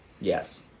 Yes